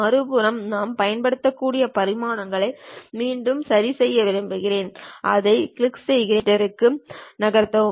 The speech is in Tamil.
மறுபுறம் நான் பயன்படுத்தக்கூடிய பரிமாணங்களை மீண்டும் சரிசெய்ய விரும்புகிறேன் அதைக் கிளிக் செய்து 25 மில்லிமீட்டருக்கு நகர்த்தவும்